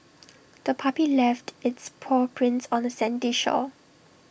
the puppy left its paw prints on the sandy shore